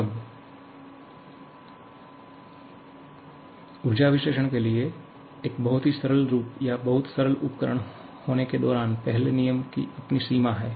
अब ऊर्जा विश्लेषण करने के लिए एक बहुत ही सरल रूप या बहुत सरल उपकरण होने के दौरान पहले नियम की अपनी सीमा है